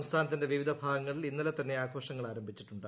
സംസ്ഥാ നത്തിന്റെ വിവിധ ഭാഗങ്ങളിൽ ഇന്നലെ തന്നെ ആഘോഷങ്ങൾ ആരംഭിച്ചിട്ടുണ്ട്